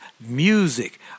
music